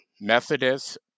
Methodist